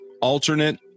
alternate